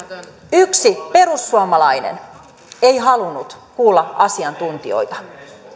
yksi perussuomalainen ei halunnut kuulla asiantuntijoita